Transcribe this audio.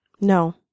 No